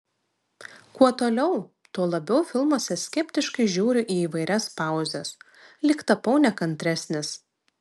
kuo toliau tuo labiau filmuose skeptiškai žiūriu į įvairias pauzes lyg tapau nekantresnis